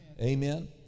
Amen